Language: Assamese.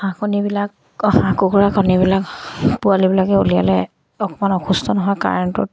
হাঁহ কণীবিলাক হাঁহ কুকুৰা কণীবিলাক পোৱালিবিলাকে উলিয়ালে অকমান অসুস্থ নহয় কাৰেণ্টত